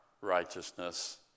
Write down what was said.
righteousness